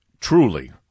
Truly